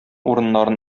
урыннарын